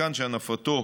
מכאן שהנפתו,